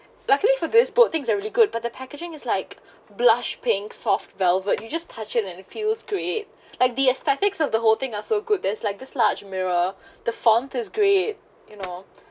luckily for this boat things are really good but the packaging is like blush pinks soft velvet you just touch it and it feels great like the aesthetics of the whole thing are so good there's like this large mirror the font is great you know